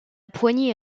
poignée